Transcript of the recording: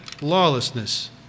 lawlessness